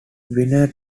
winner